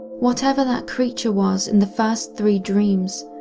whatever that creature was in the first three dreams,